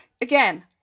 again